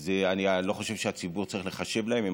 אני לא חושב שהציבור צריך לחשב להם אם